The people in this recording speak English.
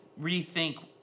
rethink